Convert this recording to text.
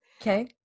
Okay